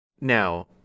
Now